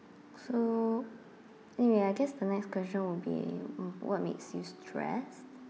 so anyway I guess the next question will be what makes you stressed